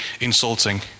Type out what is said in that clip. insulting